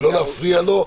ולא להפריע לו,